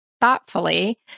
thoughtfully